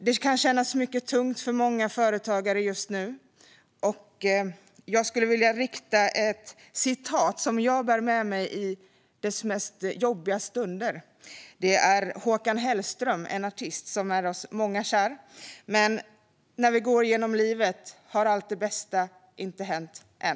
Det kan kännas mycket tungt för många företagare just nu. Jag skulle vilja rikta ett citat till dem som jag bär med mig i jobbiga stunder. Det är av Håkan Hellström, en artist som är många av oss kär. Jag trornär vi går genom tidenatt allt det bästainte hänt än